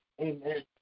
Amen